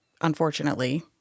unfortunately